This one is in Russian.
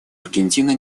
аргентина